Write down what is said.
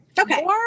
Okay